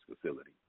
facility